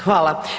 Hvala.